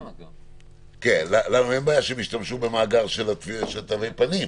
אין בעיה שישתמשו במאגר של תווי פנים.